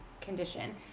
condition